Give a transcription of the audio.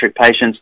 patients